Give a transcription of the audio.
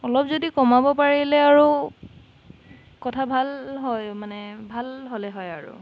অলপ যদি কমাব পাৰিলে আৰু কথা ভাল হয় মানে ভাল হ'লে হয় আৰু